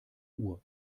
uhr